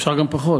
אפשר גם פחות.